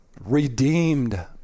redeemed